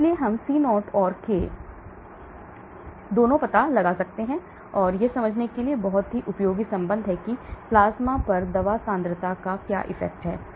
इसलिए हम C0 और K दोनों पता लगाते हैं इसलिए यह समझने के लिए एक बहुत उपयोगी संबंध है कि प्लाज्मा पर दवा सांद्रता कैसे गिरती है